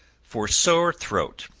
for sore throat.